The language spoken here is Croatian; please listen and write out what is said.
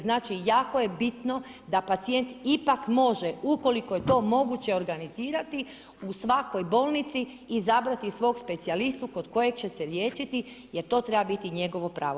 Znači jako je bitno da pacijent ipak može ukoliko je to moguće organizirati, u svakoj bolnici izabrati svog specijalistu kod kojeg će se liječiti jer to treba njegovo pravo.